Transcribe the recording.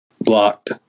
Blocked